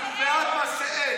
אפרטהייד?